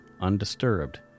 undisturbed